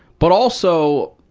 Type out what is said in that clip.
but also,